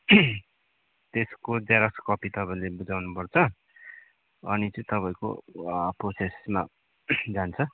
त्यसको xerox copy तपाईँले बुझाउनुपर्छ अनि चाहिँ तपाईँको प्रोसेसमा जान्छ